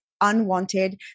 unwanted